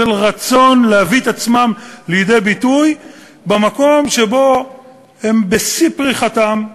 של רצון להביא את עצמם לידי ביטוי במקום שבו הם בשיא פריחתם,